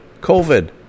COVID